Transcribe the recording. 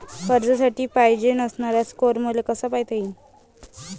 कर्जासाठी पायजेन असणारा स्कोर मले कसा पायता येईन?